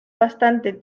bastante